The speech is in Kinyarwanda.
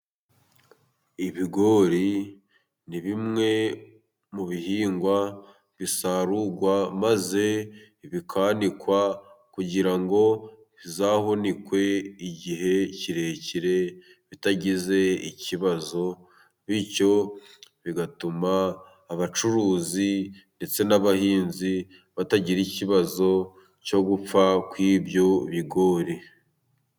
Ibigori ni bimwe mu bihingwa bisarurwa maze bikanikwa kugira ngo bizahunikwe igihe kirekire bitagize ikibazo . Bityo bigatuma abacuruzi ndetse n'abahinzi batagira ikibazo cyo gupfa kw'ibyo bigori.